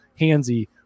handsy